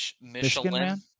Michelin